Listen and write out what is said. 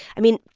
i mean,